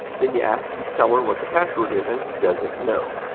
then you ask the seller what the password is and he doesn't know.